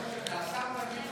לא משנה, השר תמיד צודק.